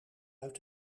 uit